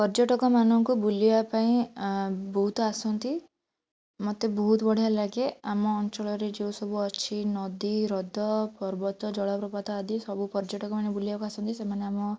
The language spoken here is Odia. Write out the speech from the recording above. ପର୍ଯ୍ୟଟକ ମାନଙ୍କ ବୁଲିବା ପାଇଁ ବହୁତ ଆସନ୍ତି ମୋତେ ବହୁତ ବଢ଼ିଆ ଲାଗେ ଆମ ଅଞ୍ଚଳରେ ଯୋଉ ସବୁ ଅଛି ନଦୀ ହ୍ରଦ ପର୍ବତ ଜଳପ୍ରପାତ ଆଦି ସବୁ ପର୍ଯ୍ୟଟକମାନେ ବୁଲିବାକୁ ଆସନ୍ତି ସେମାନେ ଆମ